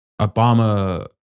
Obama